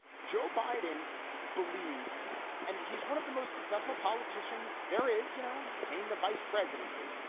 joe biden believes and he's one of the most successful politicians there is. you know, you take the vice presidency.